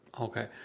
Okay